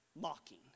Mocking